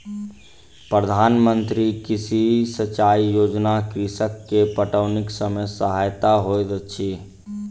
प्रधान मंत्री कृषि सिचाई योजना कृषक के पटौनीक समय सहायक होइत अछि